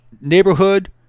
neighborhood